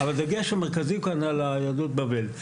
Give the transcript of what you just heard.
אבל הדגש המרכזי כאן הוא על יהדות בבל.